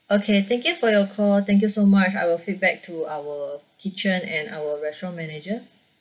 okay thank you for your call thank you so much I will feedback to our kitchen and our restaurant manager